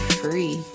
free